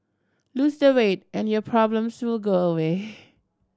lose the weight and your problems will go away